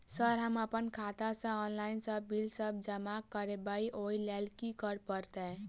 Sir हम अप्पन खाता सऽ ऑनलाइन सऽ बिल सब जमा करबैई ओई लैल की करऽ परतै?